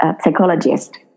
Psychologist